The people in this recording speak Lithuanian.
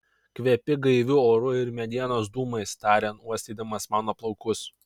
kvepi gaiviu oru ir medienos dūmais tarė uostydamas mano plaukus